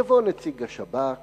יבוא נציג השב"כ